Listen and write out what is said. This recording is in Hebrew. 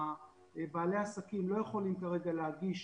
בעלי העסקים, לא יכולים כרגע להגיש